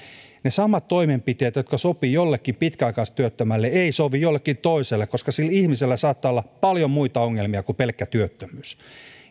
ne samat toimenpiteet jotka sopivat jollekin pitkäaikaistyöttömälle eivät sovi jollekin toiselle koska sillä ihmisellä saattaa olla paljon muita ongelmia kuin pelkkä työttömyys